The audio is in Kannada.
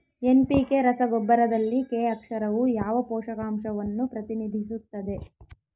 ಎನ್.ಪಿ.ಕೆ ರಸಗೊಬ್ಬರದಲ್ಲಿ ಕೆ ಅಕ್ಷರವು ಯಾವ ಪೋಷಕಾಂಶವನ್ನು ಪ್ರತಿನಿಧಿಸುತ್ತದೆ?